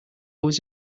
was